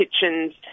kitchens